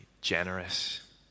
generous